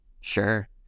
sure